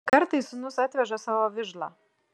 kartais sūnus atveža savo vižlą